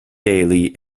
gaily